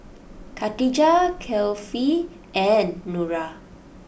Khatijah Kefli and Nura